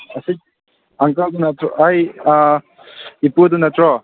ꯑꯁꯤ ꯑꯪꯀꯜꯗꯣ ꯅꯠꯇ꯭ꯔꯣ ꯑꯩ ꯏꯄꯨꯗꯨ ꯅꯠꯇ꯭ꯔꯣ